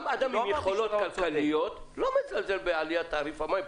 גם אדם שיש לו יכולות כלכליות אינו מזלזל בעליית תעריף המים.